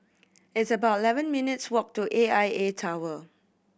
it's about eleven minutes' walk to A I A Tower